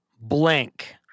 blank